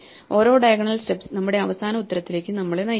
ഓരോ diagonal steps നമ്മുടെ അവസാന ഉത്തരത്തിലേക്ക് നമ്മളെ നയിക്കുന്നു